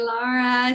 Laura